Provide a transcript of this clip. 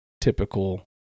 typical